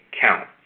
count